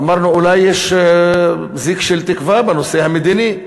ואמרנו, אולי יש זיק של תקווה בנושא המדיני.